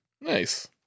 Nice